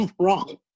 wrong